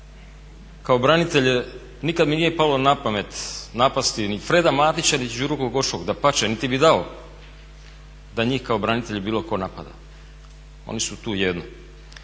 kao branitelj nikad mi nije palo na pamet napasti ni Freda Matića ni Đuru Glogoškog, dapače, niti bih dao da njih kao branitelje bilo tko napada. Oni su tu jedno.